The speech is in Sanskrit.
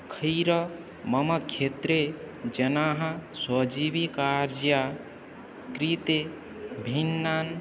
खैर मम क्षेत्रे जनाः स्वजीविकायाः कृते भिन्नान्